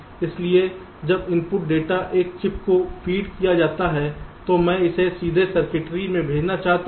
इसलिए जब input data एक चिप को फीड किया जाता है तो मैं इसे सीधे सर्किटरी में भेजना चाहता हूं